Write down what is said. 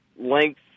length